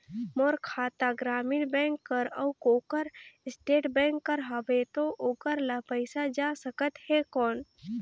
मोर खाता ग्रामीण बैंक कर अउ ओकर स्टेट बैंक कर हावेय तो ओकर ला पइसा जा सकत हे कौन?